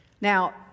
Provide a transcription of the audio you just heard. Now